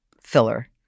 filler